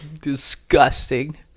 disgusting